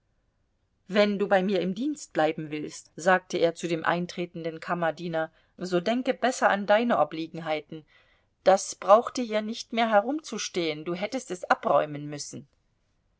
wenn du bei mir im dienst bleiben willst sagte er zu dem eintretenden kammerdiener so denke besser an deine obliegenheiten das brauchte hier nicht mehr herumzustehen du hättest es abräumen müssen